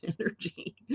energy